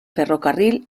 ferrocarril